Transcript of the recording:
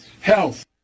health